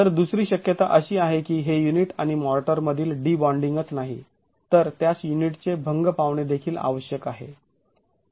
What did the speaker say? तर दुसरी शक्यता अशी आहे की हे युनिट आणि मॉर्टर मधील डीबॉण्डिंगच नाही तर त्यास युनिटचे भंग पावणे देखील आवश्यक आहे